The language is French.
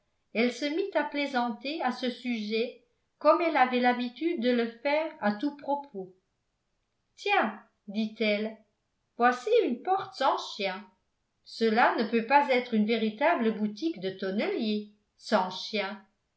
elle se mit à plaisanter à ce sujet comme elle avait l'habitude de le faire à tout propos tiens dit-elle voici une porte sans chien cela ne peut pas être une véritable boutique de tonnelier sans chien